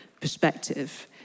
perspective